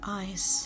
eyes